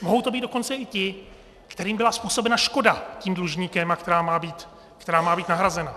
Mohou to být dokonce i ti, kterým byla způsobena škoda tím dlužníkem, která má být nahrazena.